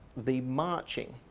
the marching,